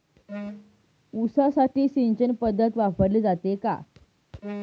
ऊसासाठी सिंचन पद्धत वापरली जाते का?